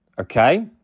okay